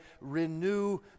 renew